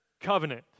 covenant